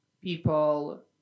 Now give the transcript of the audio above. people